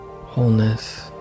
wholeness